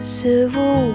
civil